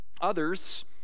Others